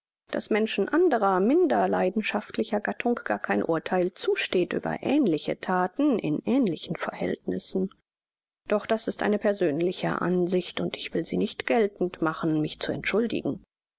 daß menschen anderer minder leidenschaftlicher gattung gar kein urtheil zusteht über ähnliche thaten in ähnlichen verhältnissen doch das ist eine persönliche ansicht und ich will sie nicht geltend machen mich zu entschuldigen